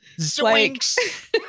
Zoinks